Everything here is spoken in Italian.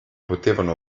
potevano